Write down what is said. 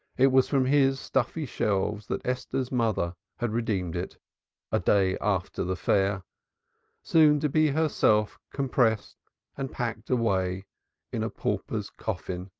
it was from his stuffy shelves that esther's mother had redeemed it a day after the fair soon to be herself compressed and packed away in a pauper's coffin,